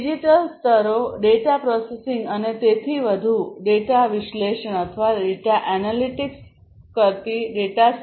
digital સ્તરો data processing અને તેથી વધુ ડેટા વિશ્લેષણ કરતી ડેટા સ્ટોર કરવાની વાત કરે છે